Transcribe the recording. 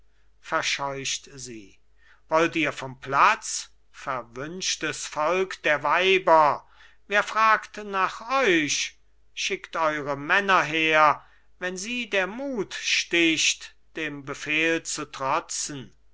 verscheucht sie wollt ihr vom platz verwünschtes volk der weiber wer fragt nach euch schickt eure männer her wenn sie der mut sticht dem befehl zu trotzen